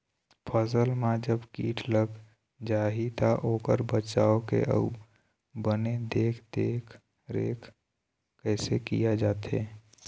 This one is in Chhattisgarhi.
फसल मा जब कीट लग जाही ता ओकर बचाव के अउ बने देख देख रेख कैसे किया जाथे?